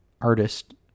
artist